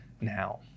now